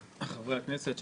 חברי הכנסת,